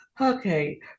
okay